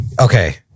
Okay